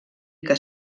que